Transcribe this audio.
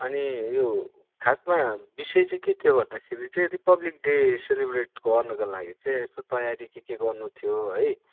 अनि यो खासमा विषय चाहिँ के थियो भन्दाखेरि चाहिँ रिपब्लिक के सेलिब्रेट गर्नुको लागि चाहिँ यसो तयारी के के गर्नु थियो है